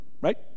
right